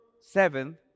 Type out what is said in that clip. seven